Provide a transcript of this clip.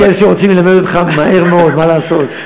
יש כאלה שרוצים לדבר אתך מהר מאוד, מה לעשות.